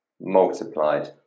multiplied